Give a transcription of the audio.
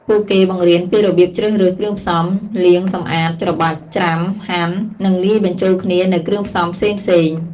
ពួកគេបង្រៀនពីរបៀបជ្រើសរើសគ្រឿងផ្សំ លាង សម្អាត ច្របាច់ ច្រាំ ហាន់ និងលាយបញ្ចូលគ្នានូវគ្រឿងផ្សំផ្សេងៗ។